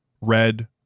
Red